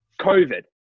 COVID